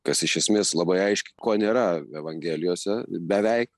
kas iš esmės labai aiški ko nėra evangelijose beveik